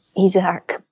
Isaac